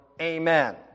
Amen